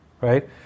right